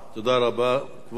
כבוד השר נאמן,